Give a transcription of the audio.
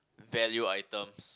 value items